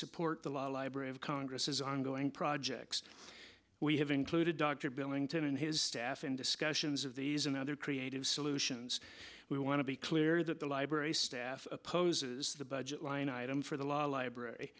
support the library of congress is ongoing projects we have included dr billington and his staff in this of these and other creative solutions we want to be clear that the library staff opposes the budget line item for the law library